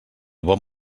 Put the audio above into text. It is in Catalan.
bon